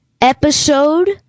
episode